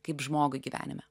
kaip žmogui gyvenime